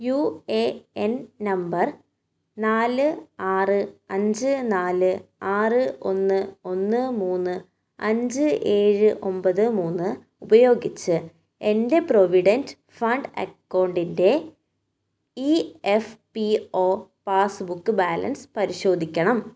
U A N number നാല് ആറ് അഞ്ച് നാല് ആറ് ഒന്ന് ഒന്ന് മൂന്ന് അഞ്ച് ഏഴ് ഒമ്പത് മൂന്ന് ഉപയോഗിച്ച് എൻ്റെ പ്രൊവിഡന്റ് ഫണ്ട് അക്കൗണ്ടിൻ്റെ E F P O passbook balance പരിശോധിക്കണം